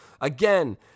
Again